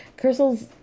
Crystal's